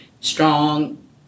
strong